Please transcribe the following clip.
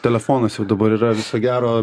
telefonas jau dabar yra viso gero